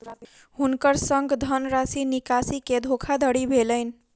हुनकर संग धनराशि निकासी के धोखादड़ी भेलैन